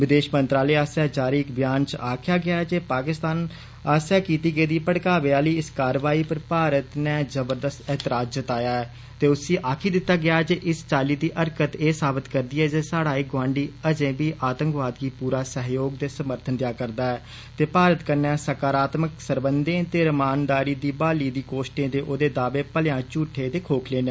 विदेश मंत्रालय आस्सेआ जारी इक ब्यानै च आक्खेआ गेआ ऐ जे पाकिस्तान पास्सेआ कीती गेदी भड़कावे आली च कारवाई पर भारत नै जबरदस्त एतराज जताया ऐ ते उसी आक्खी दिता ऐ जे इस चाल्ली दी हरकत एह् साबत करदी ऐ स्हाड़ा एह् गोआंड़ी अजें बी आतंकवाद गी पूरा सहयोग ते समर्थन देआ करदा ऐ ते भारत कन्नै सकारात्मक सरबंधे ते रमानदारी दी ब्हाली दिएं कोश्तें ते ओदे दावे भलेआं झूठे ते खोखले न